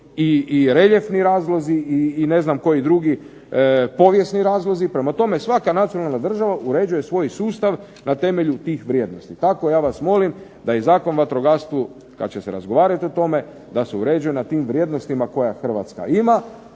i reljefni razlozi i ne znam koji drugi povijesni razlozi. Prema tome, svaka nacionalna država uređuje svoj sustav na temelju tih vrijednosti. Tako ja vas molim da i Zakon o vatrogastvu, kada će se razgovarati o tome da se uređuje na tim vrijednostima koje Hrvatska ima,